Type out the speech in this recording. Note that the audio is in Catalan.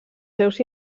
seus